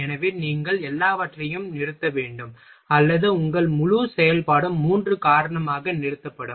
எனவே நீங்கள் எல்லாவற்றையும் நிறுத்த வேண்டும் அல்லது உங்கள் முழு செயல்பாடும் மூன்று காரணமாக நிறுத்தப்படும்